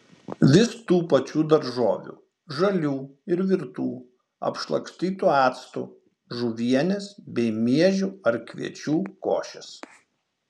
vis tų pačių daržovių žalių ir virtų apšlakstytų actu žuvienės bei miežių ar kviečių košės